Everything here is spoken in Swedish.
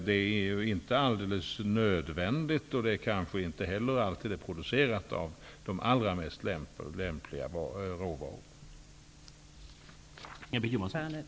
Det är ju inte alldeles nödvändigt, och det är kanske inte heller alltid producerat av de allra mest lämpliga råvarorna.